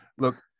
Look